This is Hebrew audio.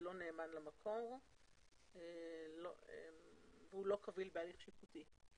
זה לא נאמן למקור והוא לא קביל בהליך שיפוטי.